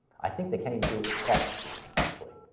i think they can't even do it with quad precision, actually.